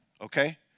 Okay